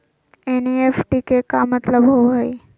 NEFT के का मतलव होव हई?